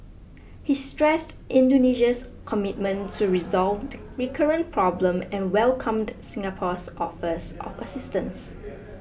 he stressed Indonesia's commitment to resolve the recurrent problem and welcomed Singapore's offers of assistance